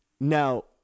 now